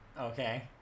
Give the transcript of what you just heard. Okay